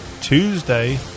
tuesday